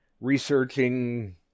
researching